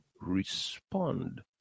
respond